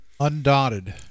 Undotted